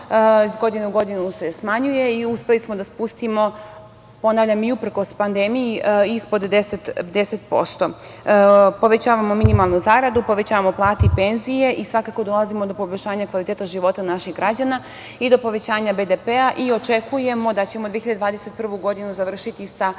godine u godinu se smanjuje i uspeli smo da spustimo, ponavljam, i uprkos pandemiji, ispod 10%. Povećavamo minimalnu zaradu, povećavamo plate i penzije i svakako dolazimo do poboljšanja kvaliteta života naših građana i do povećanja BDP-a i očekujemo da ćemo 2021. godinu završiti sa